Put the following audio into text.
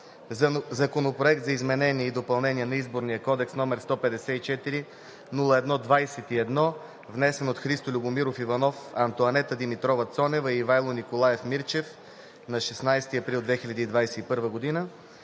Законопроект за изменение и допълнение на Изборния кодекс, № 154-01-21, внесен от Христо Любомиров Иванов, Антоанета Димитрова Цонева и Ивайло Николаев Мирчев на 16 април 2021 г.,